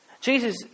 Jesus